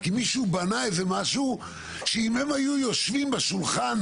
כי מישהו בנה איזה משהו שאם הם היו יושבים בשולחן